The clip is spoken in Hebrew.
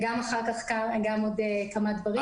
וגם אחר כך עוד כמה דברים.